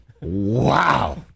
Wow